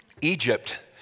Egypt